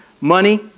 money